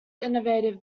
innovative